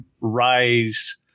rise